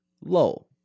low